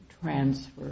transfer